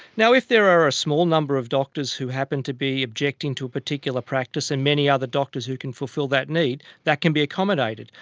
if there are a small number of doctors who happen to be objecting to a particular practice and many other doctors who can fulfil that need, that can be accommodated.